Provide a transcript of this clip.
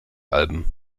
alben